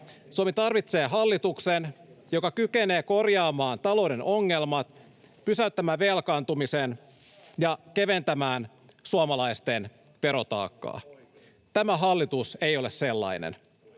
Suomi tarvitsee hallituksen, joka kykenee korjaamaan talouden ongelmat, pysäyttämään velkaantumisen ja keventämään suomalaisten verotaakkaa. Tämä hallitus ei ole sellainen.